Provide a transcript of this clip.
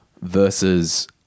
versus